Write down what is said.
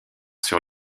sur